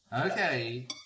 Okay